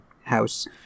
house